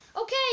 Okay